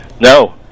No